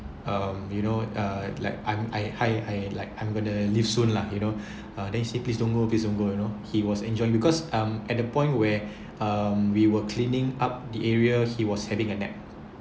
um you know uh like I'm I I I like I'm gonna leave soon lah you know uh then say please don't go please don't go you know he was enjoying because um at the point where we were cleaning up the area he was having a nap